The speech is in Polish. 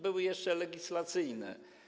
Były jeszcze legislacyjne.